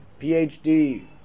PhD